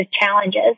challenges